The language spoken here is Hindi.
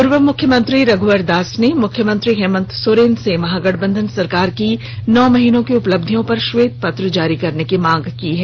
पूर्व मुख्यमंत्री रघ्यवर दास ने मुख्यमंत्री हेमंत सोरेन से महागठबंधन सरकार की नौ महीनों की उपलब्धियों पर श्वेत पत्र जारी करने की मांग की है